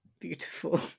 beautiful